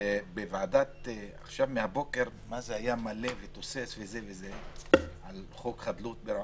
ובוועדה בבוקר היה מלא ותוסס על חוק חדלות פירעון,